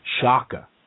Shaka